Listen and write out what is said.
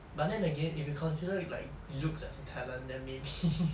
but then again if you consider like looks as a talent then maybe